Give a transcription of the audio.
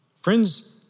Friends